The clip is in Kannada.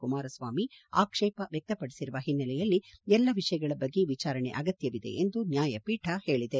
ಕುಮಾರಸ್ವಾಮಿ ಆಕ್ಷೇಪ ವ್ಯಕ್ತಪಡಿಸಿರುವ ಹಿನ್ನೆಲೆಯಲ್ಲಿ ಎಲ್ಲಾ ವಿಷಯಗಳ ಬಗ್ಗೆ ವಿಚಾರಣೆ ಅಗತ್ಯವಿದೆ ಎಂದು ನ್ಯಾಯಪೀಠ ತಿಳಿಸಿದೆ